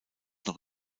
noch